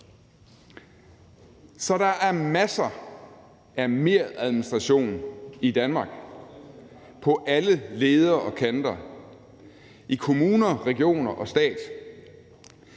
Så der er masser af meradministration i Danmark på alle ledder og kanter – i kommuner, regioner og stat.